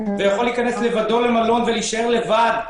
ויכול להיכנס לבד למלון ולהישאר לבד,